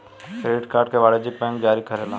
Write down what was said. credit card के वाणिजयक bank जारी करेला